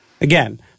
Again